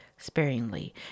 sparingly